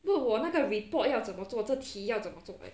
问我那个 report 要怎么做这题要怎么做 leh